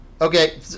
Okay